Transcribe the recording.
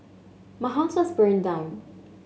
my house was burned down